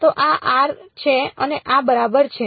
તો આ આર છે અને આ બરાબર છે